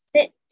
sit